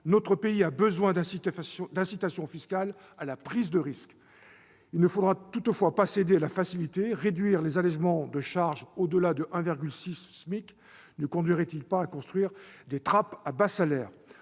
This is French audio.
Notre pays a besoin d'incitations fiscales à la prise de risque. Il ne faudra toutefois pas céder à la facilité. Réduire les allégements de charges au-delà de 1,6 SMIC ne conduirait-il pas à construire des trappes à bas salaire ?